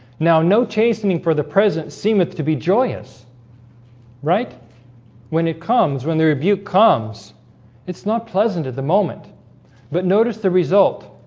now no chastening for the present seemeth to be joyous right when it comes when the rebuke comes it's not pleasant at the moment but notice the result